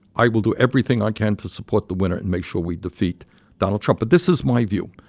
i will do everything i can to support the winner and make sure we defeat donald trump. but this is my view.